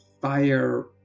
fire